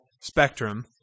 spectrum